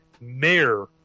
mayor